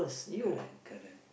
correct correct